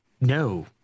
No